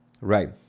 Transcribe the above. Right